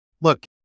Look